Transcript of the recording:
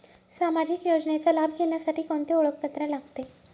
सामाजिक योजनेचा लाभ घेण्यासाठी कोणते ओळखपत्र लागते?